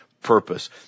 purpose